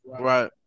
right